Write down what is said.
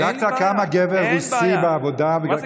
בדקת כמה גבר רוסי בעבודה, מה זה גבר רוסי?